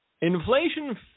Inflation